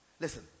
Listen